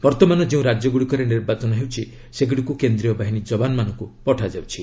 ବର୍ତ୍ତମାନ ଯେଉଁ ରାକ୍ୟଗୁଡ଼ିକରେ ନିର୍ବାଚନ ହେଉଛି ସେଗୁଡ଼ିକୁ କେନ୍ଦ୍ରୀୟ ବାହିନୀ ଯବାନମାନଙ୍କୁ ପଠାଯାଉଛି